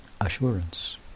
assurance